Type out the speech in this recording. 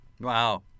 Wow